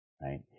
right